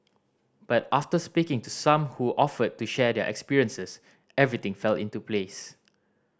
but after speaking to some who offered to share their experiences everything fell into place